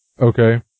Okay